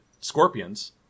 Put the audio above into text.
scorpions